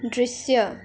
दृश्य